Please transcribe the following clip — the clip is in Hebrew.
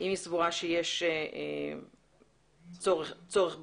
אם היא סבורה שיש צורך בכך.